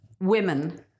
women